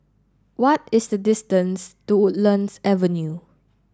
what is the distance to Woodlands Avenue